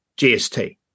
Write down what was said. GST